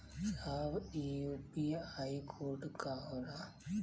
साहब इ UPI code का होला?